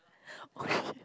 oh shit